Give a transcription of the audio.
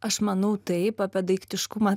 aš manau taip apie daiktiškumą